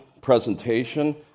presentation